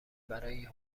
برای